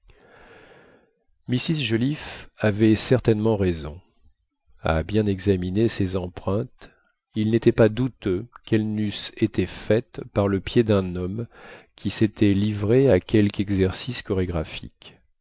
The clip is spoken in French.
mrs joliffe avait certainement raison à bien examiner ces empreintes il n'était pas douteux qu'elles n'eussent été faites par le pied d'un homme qui s'était livré à quelque exercice chorégraphique